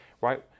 Right